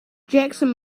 jackson